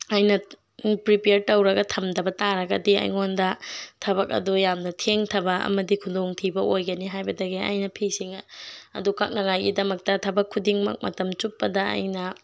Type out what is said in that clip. ꯑꯩꯅ ꯄ꯭ꯔꯤꯄꯦꯌꯔ ꯇꯧꯔꯒ ꯊꯝꯗꯕ ꯇꯥꯔꯒꯗꯤ ꯑꯩꯉꯣꯟꯗ ꯊꯕꯛ ꯑꯗꯨ ꯌꯥꯝꯅ ꯊꯦꯡꯊꯕ ꯑꯃꯗꯤ ꯈꯨꯗꯣꯡꯊꯤꯕ ꯑꯣꯏꯒꯅꯤ ꯍꯥꯏꯕꯗꯒꯤ ꯑꯩꯅ ꯐꯤꯁꯤꯡ ꯑꯗꯨ ꯀꯛꯅꯉꯥꯏꯒꯤꯗꯃꯛꯇ ꯊꯕꯛ ꯈꯨꯗꯤꯡꯃꯛ ꯃꯇꯝ ꯆꯨꯞꯄꯗ ꯑꯩꯅ